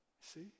See